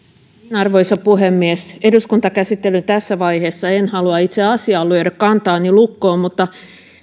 arvoisa puhemies eduskuntakäsittelyn tässä vaiheessa en halua itse asiaan lyödä kantaani lukkoon mutta